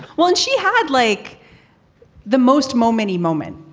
well, and she had like the most momeni moment,